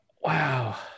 Wow